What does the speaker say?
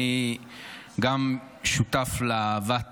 אני גם שותף לאהבת